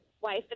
wife